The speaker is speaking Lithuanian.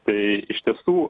tai iš tiesų